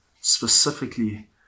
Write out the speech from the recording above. specifically